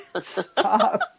stop